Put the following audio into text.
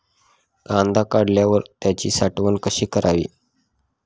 कांदा काढल्यावर त्याची साठवण कशी करावी?